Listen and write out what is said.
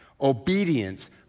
Obedience